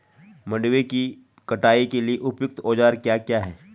मंडवे की कटाई के लिए उपयुक्त औज़ार क्या क्या हैं?